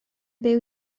byw